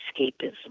escapism